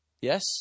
Yes